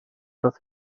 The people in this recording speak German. dass